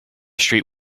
street